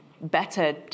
better